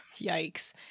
Yikes